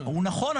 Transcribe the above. הוא נכון,